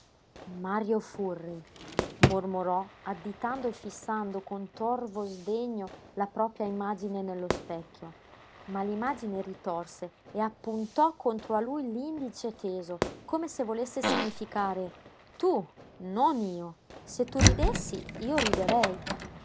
mario furri mormorò additando e fissando con torvo sdegno la propria imagine nello specchio ma l'imagine ritorse e appuntò contro a lui l'indice teso come se volesse significare tu non io se tu ridessi io riderei